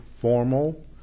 formal